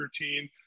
routine